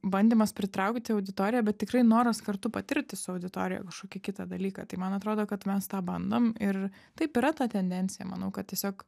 bandymas pritraukti auditoriją bet tikrai noras kartu patirti su auditorija kažkokį kitą dalyką tai man atrodo kad mes tą bandom ir taip yra ta tendencija manau kad tiesiog